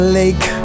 lake